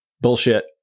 Bullshit